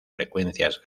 frecuencias